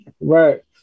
Right